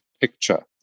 picture